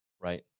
right